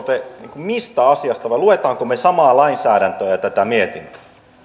te puhutte vai luemmeko me samaa lainsäädäntöä ja mietintöä